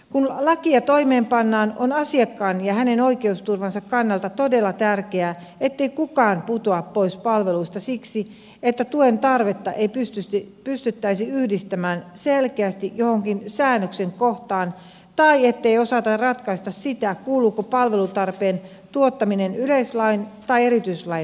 kun lakia toimeenpannaan on asiakkaan ja hänen oikeusturvansa kannalta todella tärkeää ettei kukaan putoa pois palveluista siksi että tuen tarvetta ei pystyttäisi yhdistämään selkeästi johonkin säännöksen kohtaan tai ettei osata ratkaista sitä kuuluuko palvelutarpeen tuottaminen yleislain vai erityislain piiriin